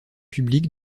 public